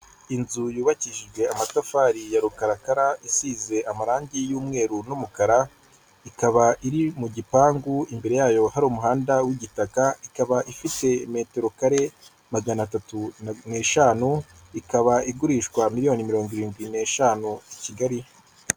Inzu yubakishijwe amatafari ya rukarakara isize amarangi y'umweru n'umukara, ikaba iri mu gipangu imbere yayo hari umuhanda w'igitaka, ikaba ifite metero kare magana atatu n'eshanu, ikaba igurishwa miliyoni mirongo irindwi n'eshanu i Kigali.